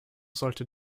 sollte